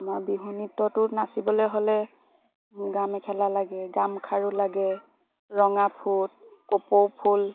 আমাৰ বিহু নৃত্যটোত নাচিবলৈ হ'লে গামেখেলা লাগে গামখাৰু লাগে ৰঙা ফুট কপৌ ফুল